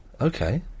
Okay